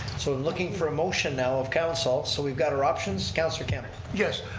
so looking for a motion now of council. so we've got our options. councilor campbell. yes,